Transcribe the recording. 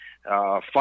Five